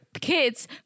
kids